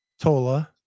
Tola